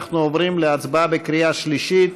אנחנו עוברים להצבעה בקריאה שלישית.